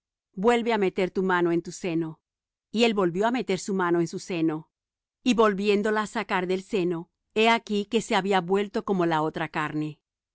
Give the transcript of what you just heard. vuelve á meter tu mano en tu seno y él volvió á meter su mano en su seno y volviéndola á sacar del seno he aquí que se había vuelto como la otra carne